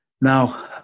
Now